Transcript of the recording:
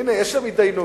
הנה, יש שם התדיינות.